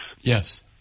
Yes